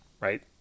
right